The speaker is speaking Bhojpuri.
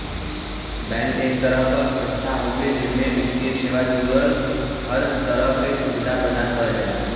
बैंक एक तरह क संस्थान हउवे जेमे वित्तीय सेवा जुड़ल हर तरह क सुविधा प्रदान करल जाला